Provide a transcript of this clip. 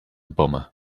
bummer